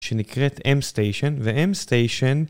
שנקראת M-STATION, ו-M-STATION